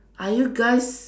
are you guys